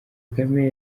kagame